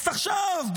אז תחשוב,